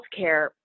Healthcare